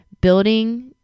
building